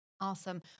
Awesome